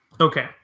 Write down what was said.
Okay